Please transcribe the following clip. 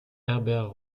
herbert